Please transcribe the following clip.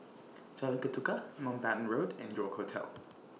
Jalan Ketuka Mountbatten Road and York Hotel